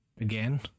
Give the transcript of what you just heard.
again